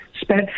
spent